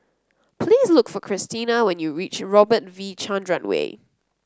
please look for Cristina when you reach Robert V Chandran Way